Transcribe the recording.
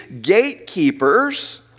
gatekeepers